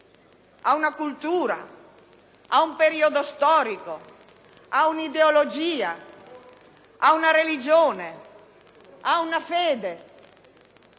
ad una cultura, a un periodo storico, ad un'ideologia, ad una religione, ad una fede,